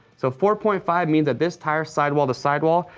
so four point five means that this tire, sidewall to sidewall,